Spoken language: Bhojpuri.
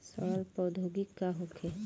सड़न प्रधौगिकी का होखे?